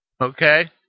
okay